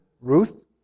Ruth